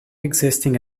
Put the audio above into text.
existing